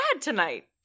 tonight